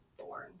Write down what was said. born